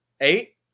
Eight